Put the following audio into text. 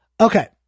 okay